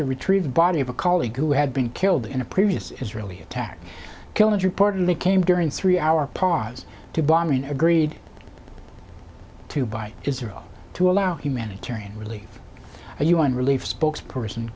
to retrieve the body of a colleague who had been killed in a previous israeli attack killed reportedly came during three hour pause to bombing agreed to by israel to allow humanitarian relief and un relief spokesperson